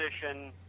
position